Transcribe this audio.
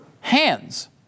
hands